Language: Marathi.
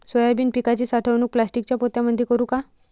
सोयाबीन पिकाची साठवणूक प्लास्टिकच्या पोत्यामंदी करू का?